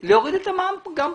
אלא להוריד את המע"מ גם כאן.